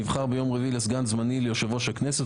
שנבחר ביום רביעי לסגן זמני ליושב ראש הכנסת,